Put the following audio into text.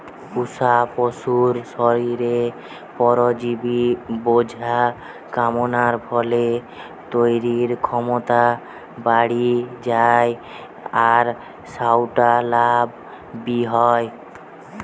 পুশা পশুর শরীরে পরজীবি বোঝা কমানার ফলে তইরির ক্ষমতা বাড়ি যায় আর সউটা লাভ বি হয়